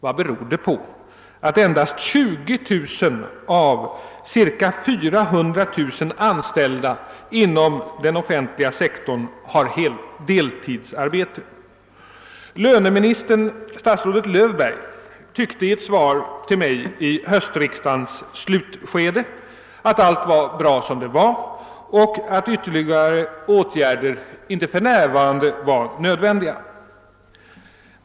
Vad beror det på att endast 20000 av ca 400 000 anställda inom den offentliga sektorn har deltidsarbete? Löneministern, statsrådet Löfberg, tyckte i ett svar på en enkel fråga, framställd av mig under höstriksdagens slutskede, att allt var bra som det var och att ytterligare åtgärder för närvarande inte skulle vara nödvändiga.